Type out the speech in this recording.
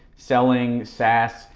selling, saas,